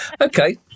okay